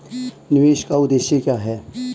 निवेश का उद्देश्य क्या है?